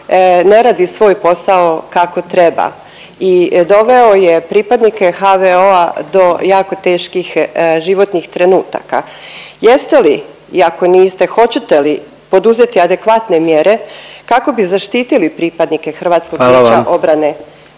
obrane ne radi svoj posao kako treba i doveo je pripadnike HVO-a do jako teških životnih trenutaka. Jeste li i ako niste hoćete li poduzeti adekvatne mjere kako bi zaštitili pripadnike Hrvatskog vijeća obrane …